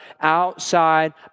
outside